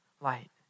light